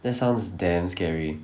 that sounds damn scary